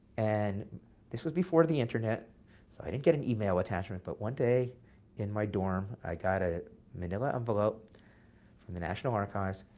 and this was before the internet, so i didn't get an email attachment. but one day in my dorm, i got ah an ah envelope from the national archives,